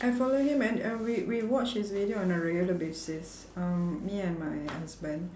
I follow him and and we we watch his video on a regular basis um me and my husband